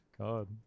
God